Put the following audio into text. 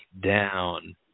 down